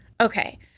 Okay